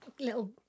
little